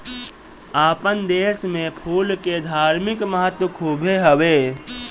आपन देस में फूल के धार्मिक महत्व खुबे हवे